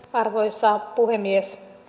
arvoisa puhemies